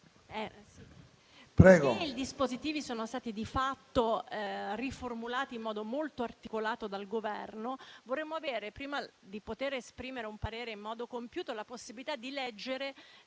i dispositivi sono stati di fatto riformulati in modo molto articolato dal Governo, prima di poter esprimere un parere in modo compiuto, vorremmo avere la possibilità di leggere